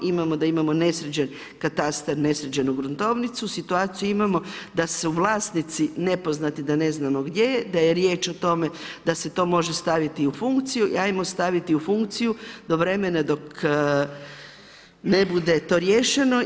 Imamo da imamo nesređen katastar, nesređenu gruntovnicu, situaciju imamo da su vlasnici nepoznati da ne znamo gdje je, da je riječ o tome da se to može staviti u funkciju i ajmo staviti u funkciju do vremena dok ne bude to riješeno.